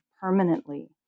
permanently